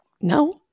No